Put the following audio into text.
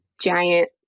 giant